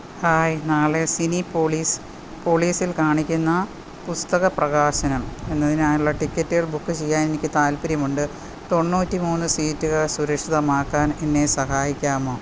hi നാളെ Cinepolis പോളീസിൽ കാണിക്കുന്ന പുസ്തക പ്രകാശനം എന്നതിനായുള്ള ടിക്കറ്റുകൾ ബുക്ക് ചെയ്യാൻ എനിക്ക് താൽപ്പര്യമുണ്ട് തൊണ്ണൂറ്റി മൂന്ന് സീറ്റുകൾ സുരക്ഷിതമാക്കാൻ എന്നെ സഹായിക്കാമോ